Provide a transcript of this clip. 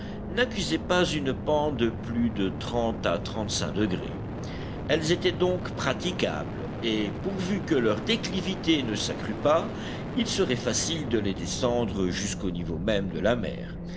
n'accusaient pas une pente de plus de trente à trente-cinq degrés elles étaient donc praticables et pourvu que leur déclivité ne s'accrût pas il serait facile de les descendre jusqu'au niveau même de la mer